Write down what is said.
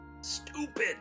Stupid